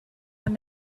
when